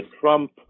Trump